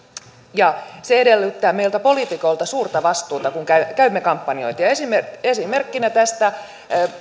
ja se edellyttää meiltä politiikoilta suurta vastuuta kun käymme kampanjoita esimerkkinä esimerkkinä tästä